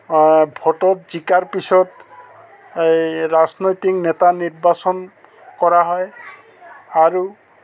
ভোটত জিকাৰ পিছত এই ৰাজনৈতিক নেতা নিৰ্বাচন কৰা হয় আৰু